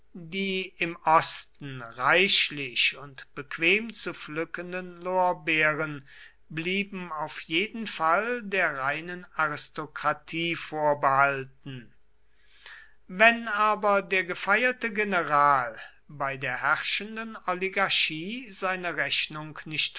die im osten reichlich und bequem zu pflückenden lorbeeren blieben auf jeden fall der reinen aristokratie vorbehalten wenn aber der gefeierte general bei der herrschenden oligarchie seine rechnung nicht